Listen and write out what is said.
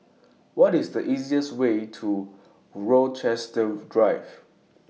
What IS The easiest Way to Rochester Drive